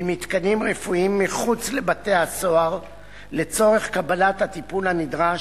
במתקנים רפואיים מחוץ לבתי-הסוהר לצורך קבלת הטיפול הנדרש,